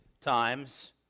times